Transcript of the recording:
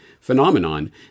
phenomenon